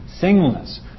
Singleness